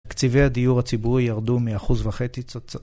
תקציבי הדיור הציבורי ירדו מ-1.5%